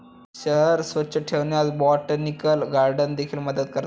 शहर स्वच्छ ठेवण्यास बोटॅनिकल गार्डन देखील मदत करतात